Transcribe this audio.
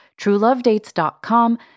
truelovedates.com